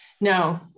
No